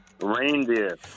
Reindeer